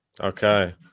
Okay